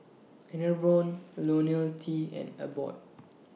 Enervon Ionil T and Abbott